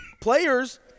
Players